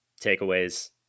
Takeaways